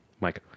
Mike